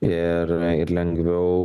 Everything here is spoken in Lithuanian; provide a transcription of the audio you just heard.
ir ir lengviau